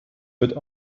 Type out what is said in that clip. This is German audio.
mit